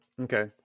Okay